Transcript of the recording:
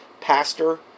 Pastor